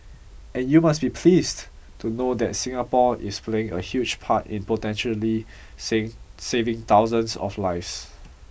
and you must be pleased to know that Singapore is playing a huge part in potentially save saving thousands of lives